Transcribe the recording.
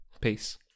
Peace